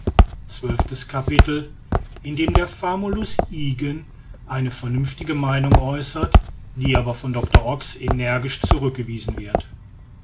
zwölftes capitel in dem der famulus ygen eine vernünftige meinung äußert die aber von doctor ox energisch zurückgewiesen wird